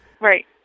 Right